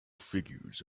figures